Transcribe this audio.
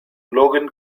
logan